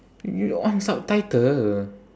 you on subtitle